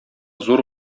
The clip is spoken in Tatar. зур